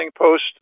post